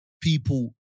people